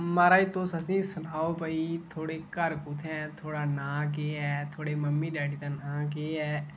म्हाराज तुस असेंगी सनाओ भाई थुआड़े घर कुत्थै थुआढ़ा नांऽ केह् ऐ थुआढ़े मम्मी डैडी दा नांऽ केह् ऐ